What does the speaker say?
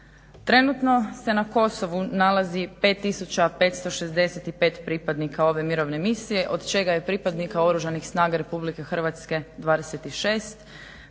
Trenutno se na Kosovu nalazi 5565 pripadnika ove mirovne misije od čega je pripadnika Oružanih snaga RH 26,